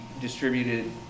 distributed